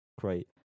great